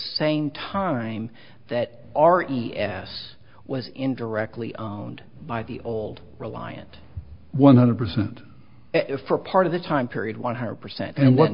same time that are in the s was indirectly owned by the old reliant one hundred percent for part of the time period one hundred percent and what